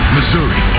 Missouri